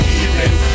evening